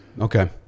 Okay